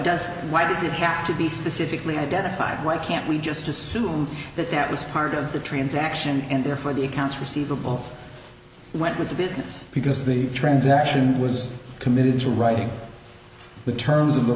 does why does it have to be specifically identified why can't we just assume that that was part of the transaction and therefore the accounts receivable went with the business because the transaction was committed to writing the terms of the